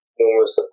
numerous